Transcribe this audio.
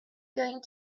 going